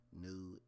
New